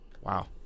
wow